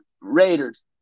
Raiders